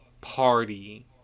party